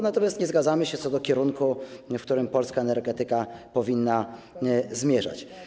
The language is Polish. Natomiast nie zgadzamy się co do kierunku, w którym polska energetyka powinna zmierzać.